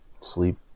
sleep